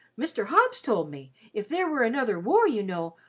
mr. hobbs told me, if there were another war, you know,